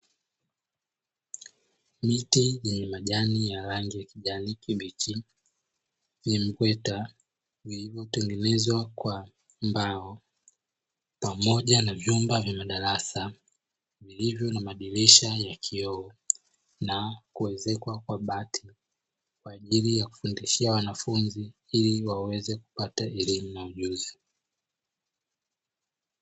Miti yenye majani ya rangi ya kijani kibichi, vimbweta vilivyotengenezwa kwa mbao pamoja na vyumba vya madarasa vilivyo na madirisha ya kioo, na kuezekwa kwa bati kwa ili kufundishia wanafunzi ili waweze kupata elimu na ujuzi.